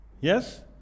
Yes